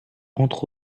entre